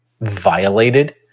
violated